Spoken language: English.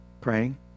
praying